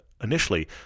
initially